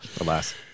alas